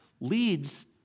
leads